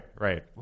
right